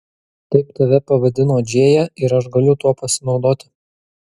taip tave pavadino džėja ir aš galiu tuo pasinaudoti